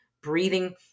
breathing